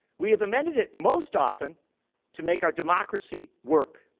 we have amended it most often to make our democracy work.